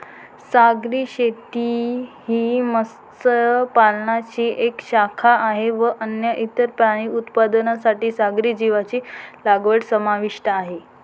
सागरी शेती ही मत्स्य पालनाची एक शाखा आहे व अन्न, इतर प्राणी उत्पादनांसाठी सागरी जीवांची लागवड समाविष्ट आहे